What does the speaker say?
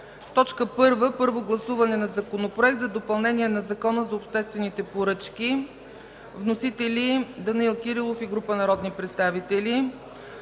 по правни въпроси. Законопроект за допълнение на Закона за обществените поръчки. Вносители – Данаил Кирилов и група народни представители.